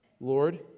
Lord